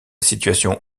situation